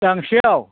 दांसेयाव